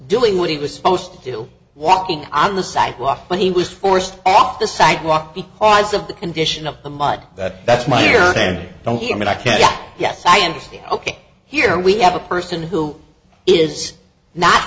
doing what he was supposed to do walking on the sidewalk when he was forced off the sidewalk because of the condition of the mud that that's my dear don't you mean i can't yes i understand ok here we have a person who is not